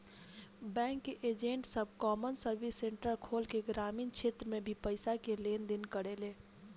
bank के agent सब common service centre खोल के ग्रामीण क्षेत्र में भी पईसा के लेन देन करेले